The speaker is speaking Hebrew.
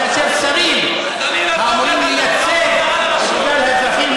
אבל שרים האמורים לייצג את כלל האזרחים,